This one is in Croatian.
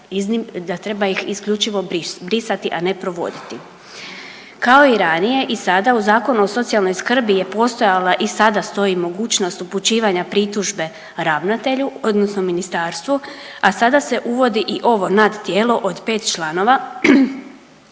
da treba ih isključivo brisati a ne provoditi. Kao i ranije i sada u Zakonu o socijalnoj skrbi je postojala i sada stoji mogućnost upućivanja pritužbe ravnatelju, odnosno ministarstvu, a sada se uvodi i ovo nadtijelo od 5 članova